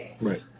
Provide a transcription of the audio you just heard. right